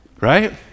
right